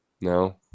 no